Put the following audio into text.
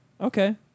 Okay